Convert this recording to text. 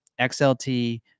XLT